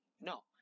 No